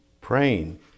praying